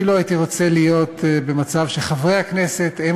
אני לא הייתי רוצה להיות במצב שחברי הכנסת הם